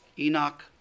Enoch